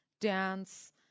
dance